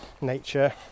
nature